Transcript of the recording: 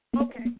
Okay